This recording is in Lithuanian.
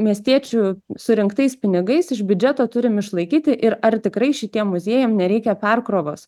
miestiečių surinktais pinigais iš biudžeto turim išlaikyti ir ar tikrai šitiem muziejam nereikia perkrovos